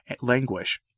languish